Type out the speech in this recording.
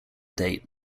date